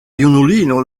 junulino